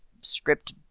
script